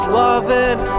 loving